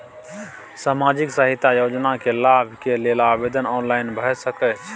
सामाजिक सहायता योजना के लाभ के लेल आवेदन ऑनलाइन भ सकै छै?